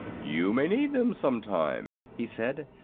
you may need them, some time, he said,